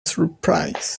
surprise